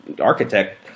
architect